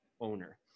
Owner